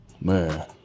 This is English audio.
man